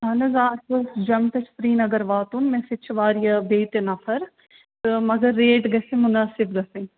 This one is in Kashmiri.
اَہَن حظ آ اَسہِ اوس جوٚمہِ پٮ۪ٹھ سریٖنگر واتُن مےٚ سۭتۍ چھِ واریاہ بیٚیہِ تہِ نفر تہٕ مگر ریٹ گژھِ مُناسِب گژھٕنۍ